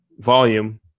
volume –